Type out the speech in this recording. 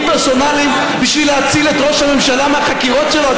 פרסונליים בשביל להציל את ראש הממשלה מהחקירות שלו.